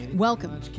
Welcome